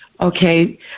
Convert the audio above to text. Okay